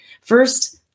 first